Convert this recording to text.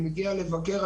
אני מגיע לבקר,